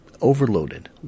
overloaded